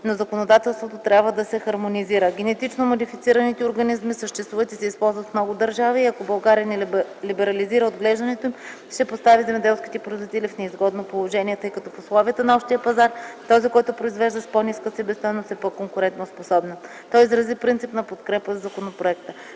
но законодателството трябва да се либерализира. Генетично модифицираните организми съществуват и се използват в много държави и ако България не либерализира отглеждането им ще постави земеделските производители в неизгодно положение, тъй като в условията на Общия пазар, този който произвежда с по-ниска себестойност е по-конкурентноспособен. Той изрази принципна подкрепа за законопроекта.